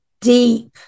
deep